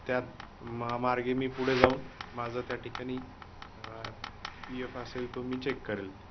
त्यात मा मार्गे मी पुढे जाऊन माझां त्या ठिकाणी पी एफ असेल तो मी चेक करेल